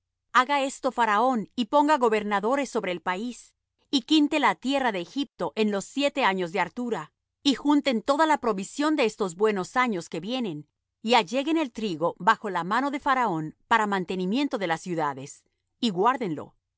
gobernadores sobre el país y quinte la tierra de egipto en los siete años de la hartura y junten toda la provisión de estos buenos años que vienen y alleguen el trigo bajo la mano de faraón para mantenimiento de las ciudades y guárdenlo